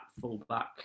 fullback